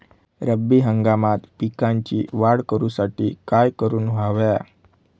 रब्बी हंगामात पिकांची वाढ करूसाठी काय करून हव्या?